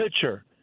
pitcher